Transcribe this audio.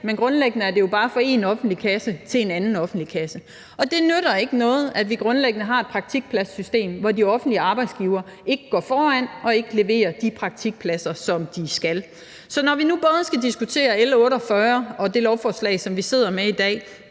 men grundlæggende er det jo bare fra en offentlig kasse til en anden offentlig kasse. Og det nytter ikke noget, at vi grundlæggende har et praktikpladssystem, hvor de offentlige arbejdsgivere ikke går foran og ikke leverer de praktikpladser, som de skal. Så når vi nu både skal diskutere L 48, og det ændringsforslag, som vi har fået